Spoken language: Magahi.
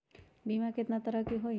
बीमा केतना तरह के होइ?